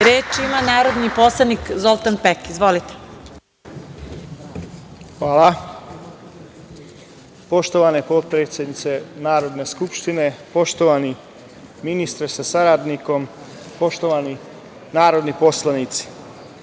ima narodni poslanik Zoltan Pek. Izvolite. **Zoltan Pek** Hvala. Poštovane potpredsednice Narodne skupštine, poštovani ministre sa saradnikom, poštovani narodni poslanici,